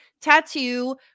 tattoo